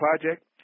project